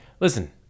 Listen